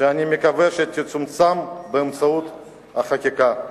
שאני מקווה שתצומצם באמצעות החקיקה.